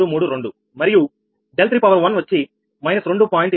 01332 మరియు 31వచ్చి −2